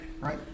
Right